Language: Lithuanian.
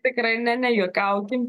tikrai ne nejuokaukim